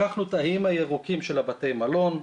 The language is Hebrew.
לקחנו את האיים הירוקים של בתי המלון,